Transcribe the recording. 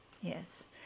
yes